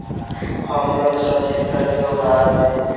home loan सुरक्षित कर्ज के उदाहरण हय